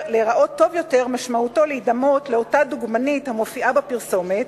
ולהיראות טוב יותר משמעותו להידמות לאותה דוגמנית המופיעה בפרסומת